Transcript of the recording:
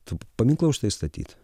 tu paminklą už tai statyt